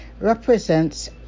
represents